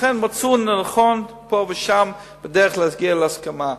לכן מצאו לנכון פה ושם דרך להגיע להסכמה.